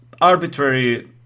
arbitrary